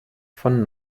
von